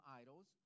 idols